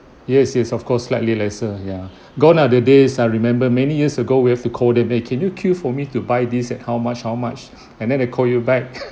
yes yes of course slightly lesser ya gone nah the days I remember many years ago we have to call them eh can you queue for me to buy this at how much how much and then they call you back